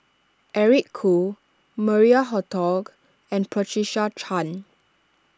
Eric Khoo Maria Hertogh and Patricia Chan